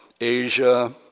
Asia